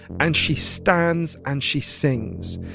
and she stands, and she sings.